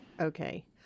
okay